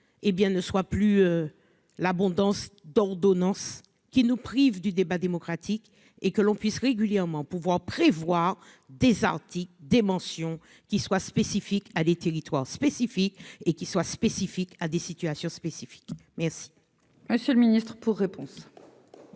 ne soit plus l'abondance d'ordonnances qui nous prive du débat démocratique et que l'on puisse régulièrement pouvoir prévoir des sorties des mentions qui soient spécifiques à des territoires spécifiques et qui soient spécifiques à des situations spécifiques merci.